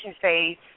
phase